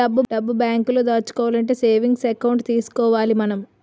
డబ్బు బేంకులో దాచుకోవాలంటే సేవింగ్స్ ఎకౌంట్ తీసుకోవాలి మనం